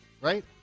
right